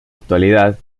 actualidad